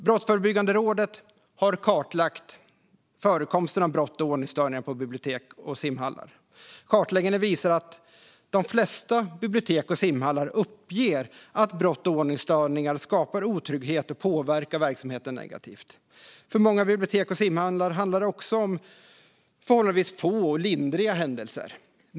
Brottsförebyggande rådet har kartlagt förekomsten av brott och ordningsstörningar på bibliotek och simhallar. Kartläggningen visar att de flesta bibliotek och simhallar uppger att brott och ordningsstörningar skapar otrygghet och påverkar verksamheten negativt. För många bibliotek och simhallar handlar det om förhållandevis få och lindriga händelser.